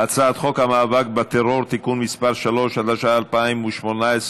הצעת חוק המאבק בטרור (תיקון מס' 3), התשע"ח 2018,